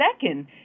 second